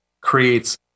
creates